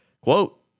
Quote